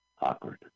Awkward